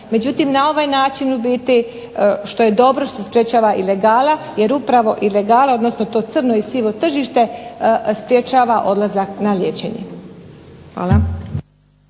Međutim na ovaj način u biti, što je dobro što sprječava ilegala, jer upravo ilegala, odnosno to crno i sivo tržište sprječava odlazak na liječenje. Hvala.